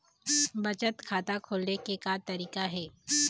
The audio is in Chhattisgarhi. बचत खाता खोले के का तरीका हे?